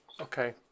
Okay